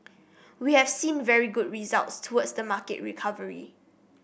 we have seen very good results towards the market recovery